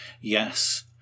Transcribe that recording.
Yes